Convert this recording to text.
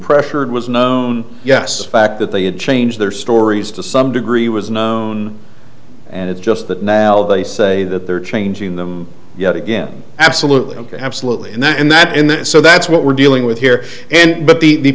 pressured was known yes fact that they had changed their stories to some degree was known and it's just that now they say that they're changing them yet again absolutely absolutely and that and that in that so that's what we're dealing with here and but the